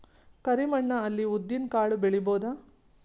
ಕರಿ ಮಣ್ಣ ಅಲ್ಲಿ ಉದ್ದಿನ್ ಕಾಳು ಬೆಳಿಬೋದ?